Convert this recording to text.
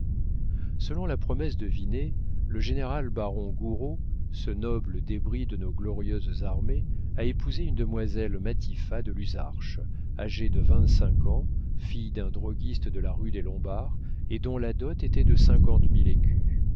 selon la promesse de vinet le général baron gouraud ce noble débris de nos glorieuses armées a épousé une demoiselle matifat de luzarches âgée de vingt-cinq ans fille d'un droguiste de la rue des lombards et dont la dot était de cinquante mille écus